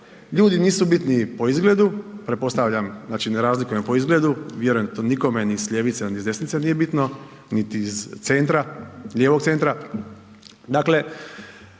ljudi nisu bitniji po izgledu, pretpostavljam, znači ne razlikujemo ih po izgledu, vjerujem to nikome ni s ljevice, a ni s desnice nije bitno, niti iz centra, lijevog centra, dakle